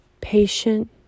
patient